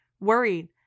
worried